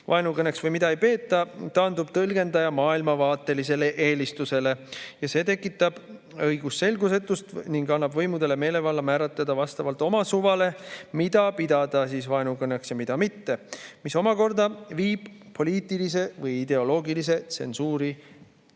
vaenukõneks või mida ei peeta, taandub tõlgendaja maailmavaatelisele eelistusele. See tekitab õigusselgusetust ning annab võimudele meelevalla määratleda vastavalt oma suvale, mida pidada vaenukõneks ja mida mitte, mis omakorda viib poliitilise või ideoloogilise tsensuuri tekkeni.